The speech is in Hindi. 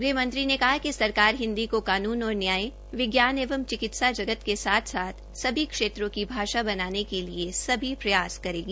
गृहमंत्री ने कहा कि सरकार हिन्दी को कानून और न्याय विज्ञान एवं चिकित्सा जगत के साथ सभी क्षेत्रों की भाषा बनाने के लिए सभी प्रयास करेगी